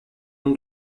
nom